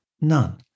none